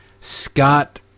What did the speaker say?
Scott